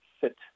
fit